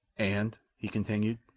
and, he continued,